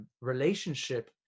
Relationship